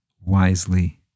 wisely